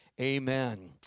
Amen